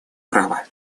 права